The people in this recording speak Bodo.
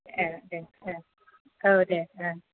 ए दे औ दे ओं